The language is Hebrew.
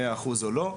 מאה אחוז או לא,